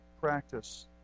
practice